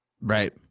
Right